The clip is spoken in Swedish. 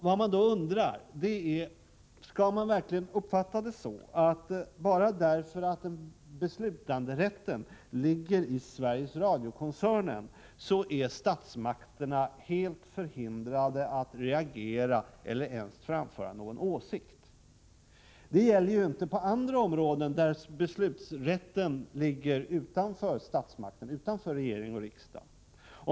Vad man då undrar är om man verkligen skall uppfatta läget så att statsmakterna, bara därför att beslutanderätten ligger inom Sveriges Radiokoncernen, är helt förhindrade att reagera eller ens framföra någon åsikt. Det gäller ju inte på andra områden där beslutsrätten ligger utanför regering och riksdag.